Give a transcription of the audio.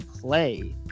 play